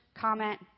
comment